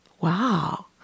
wow